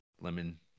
lemon